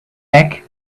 black